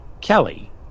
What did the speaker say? Kelly